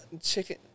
Chicken